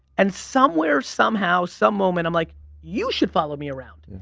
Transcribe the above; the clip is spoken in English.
and somewhere, somehow, some moment, i'm like you should follow me around. and